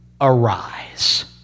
arise